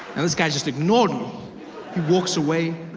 this guy just ignored me he walks away,